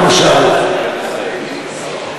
למשל,